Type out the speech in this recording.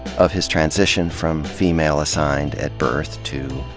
of his transition from female-assigned at birth, to,